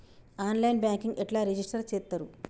On line banking ఎట్లా register చేత్తరు?